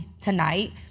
tonight